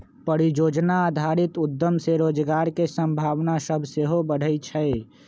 परिजोजना आधारित उद्यम से रोजगार के संभावना सभ सेहो बढ़इ छइ